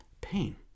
pain